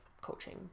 coaching